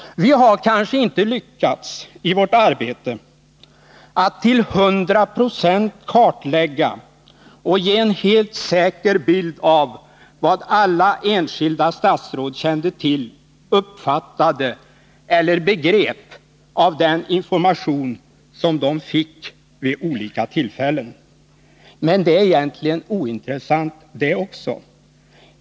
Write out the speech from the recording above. Vi har kanske i vårt arbete inte lyckats med att till 100 26 kartlägga och ge en helt säker bild av vad alla enskilda statsråd kände till, uppfattade eller begrep av den information som vi fick vid olika tillfällen. Men det är egentligen ointressant det också.